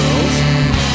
Girls